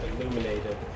illuminated